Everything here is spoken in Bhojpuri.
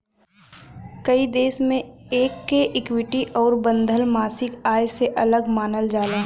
कई देश मे एके इक्विटी आउर बंधल मासिक आय से अलग मानल जाला